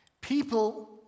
people